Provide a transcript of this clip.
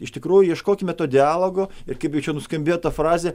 iš tikrųjų ieškokime to dialogo ir kaip jau čia nuskambėjo ta frazė